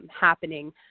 happening